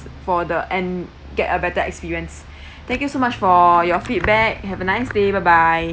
for the and get a better experience thank you so much for your feedback have a nice day bye bye